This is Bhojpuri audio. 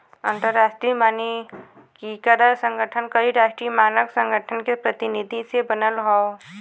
अंतरराष्ट्रीय मानकीकरण संगठन कई राष्ट्रीय मानक संगठन के प्रतिनिधि से बनल हौ